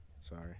Sorry